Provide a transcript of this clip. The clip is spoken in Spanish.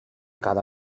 cada